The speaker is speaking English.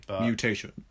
Mutation